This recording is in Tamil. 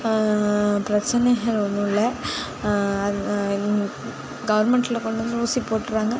பிரச்சனைகள் ஒன்றும் இல்லை அங் எங் கவுர்மெண்டில் கொண்டு வந்து ஊசி போட்ருவாங்க